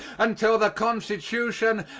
until the constitution,